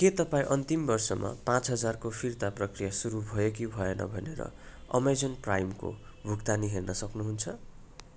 के तपाईँ अन्तिम वर्षमा पाँच हजारको फिर्ता प्रक्रिया सुरु भयो कि भएन भनेर अमाजन प्राइमको भुक्तानी हेर्न सक्नुहुन्छ